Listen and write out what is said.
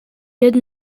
did